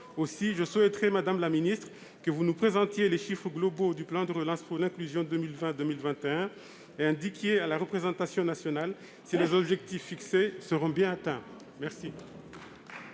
Aussi, madame la ministre, je souhaite que vous nous présentiez les chiffres globaux du plan de relance pour l'inclusion 2020-2021 et indiquiez à la représentation nationale si les objectifs fixés seront bien atteints. La